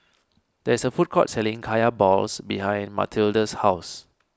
there is a food court selling Kaya Balls behind Matilde's house